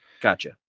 gotcha